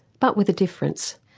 but with a difference.